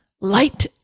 light